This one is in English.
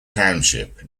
township